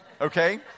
Okay